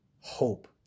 hope